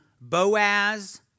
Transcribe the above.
Boaz